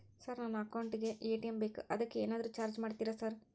Sir ನನ್ನ account ಗೇ ATM ಬೇಕು ಅದಕ್ಕ ಏನಾದ್ರು ಚಾರ್ಜ್ ಮಾಡ್ತೇರಾ ಸರ್?